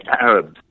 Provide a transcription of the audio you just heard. Arabs